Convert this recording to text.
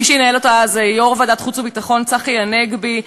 מי שינהל אותה הוא יו"ר ועדת החוץ והביטחון צחי הנגבי.